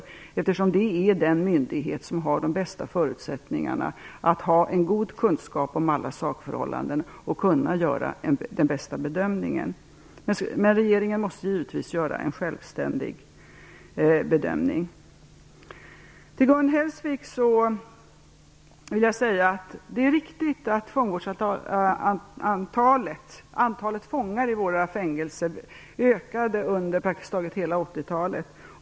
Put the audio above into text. Kriminalvårdsstyrelsen är ju den myndighet som har de bästa förutsättningarna att ha en god kunskap om alla sakförhållanden och att göra den bästa bedömningen. Men regeringen måste givetvis göra en självständig bedömning. Det är riktigt, Gun Hellsvik, att antalet fångar i våra fängelser ökade under praktiskt taget hela 80-talet.